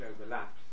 overlaps